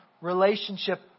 relationship